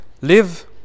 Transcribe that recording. Live